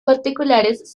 particulares